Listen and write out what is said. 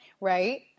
Right